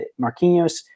Marquinhos